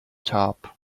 top